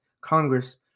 Congress